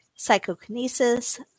psychokinesis